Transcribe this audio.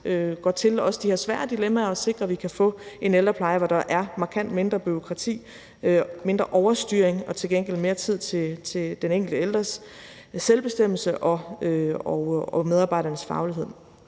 går til også de her svære dilemmaer og sikrer, at vi kan få en ældrepleje, hvor der er markant mindre bureaukrati, mindre overstyring og til gengæld mere tid til den enkelte ældres selvbestemmelse og medarbejdernes faglighed.